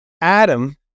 Adam